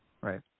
Right